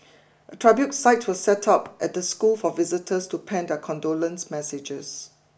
a tribute site was set up at the school for visitors to pen their condolence messages